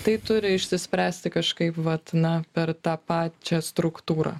tai turi išsispręsti kažkaip vat na per tą pačią struktūrą